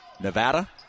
Nevada